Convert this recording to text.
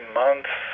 months